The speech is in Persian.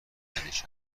بلعیدنش